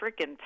freaking